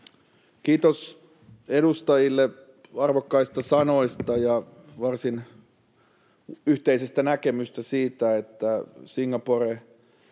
Kiitos edustajille arvokkaista sanoista ja varsin yhteisestä näkemyksestä siitä, että Singapore